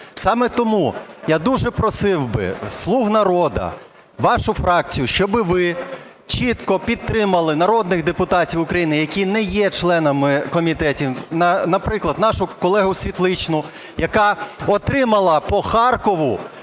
Саме тому я дуже просив би "Слуг народу", вашу фракцію, щоб ви чітко підтримали народних депутатів України, які не є членами комітетів. Наприклад, нашу колегу Світличну, яка отримала по Харкову